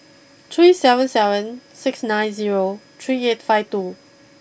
three seven seven six nine zero three eight five two